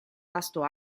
vasto